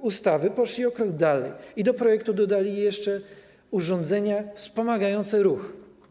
ustawy poszli o krok dalej i do projektu dodali jeszcze urządzenia wspomagające ruch.